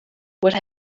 would